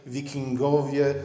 Wikingowie